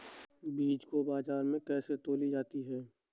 बीज को बाजार में कैसे तौली जाती है?